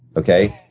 okay?